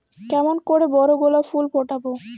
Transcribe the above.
কেমন করে বড় গোলাপ ফুল ফোটাব?